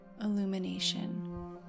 illumination